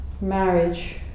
marriage